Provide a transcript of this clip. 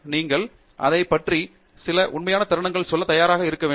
நீங்கள் அதை போன்ற சில உண்மையான தருணங்களை செல்ல தயாராக இருக்க வேண்டும்